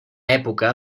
època